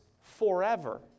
forever